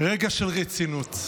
רגע של רצינות.